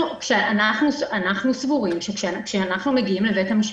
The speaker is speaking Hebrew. כשאנחנו מגיעים לבית המשפט,